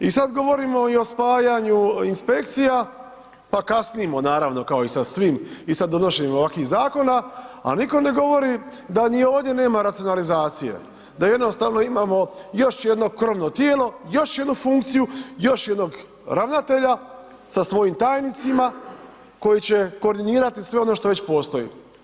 I sada govorimo i o spajanju inspekcija, i kasnimo naravno kao i sa svim i sad donošenjem ovakvih zakona, a nitko ne govori da ni ovdje nema racionalizacije, da jednostavno imamo još jedno krovno tijelo, još jednu funkciju, još jednog ravnatelja, sa svojim tajnicima, koji će koordinirati sve ono što već postoji.